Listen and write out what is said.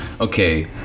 okay